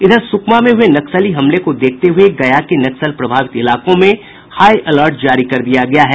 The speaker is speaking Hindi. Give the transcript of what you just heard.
इधर सुकमा में हुए नक्सली हमले को देखते हुए गया के नक्सल प्रभावित इलाकों में हाई अलर्ट जारी कर दिया गया है